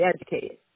educated